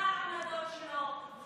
מה העמדות שלו.